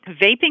Vaping